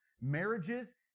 marriages